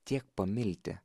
tiek pamilti